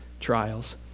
trials